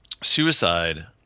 suicide